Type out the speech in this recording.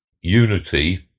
unity